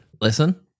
Listen